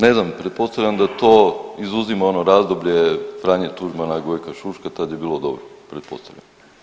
Ne znam, pretpostavljam da to izuzima ono razdoblje Franje Tuđmana i Gojka Šuška tada je bilo dobro pretpostavljam.